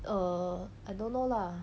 err I don't know lah